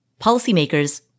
policymakers